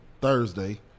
Thursday